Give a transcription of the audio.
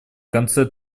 конце